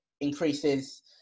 increases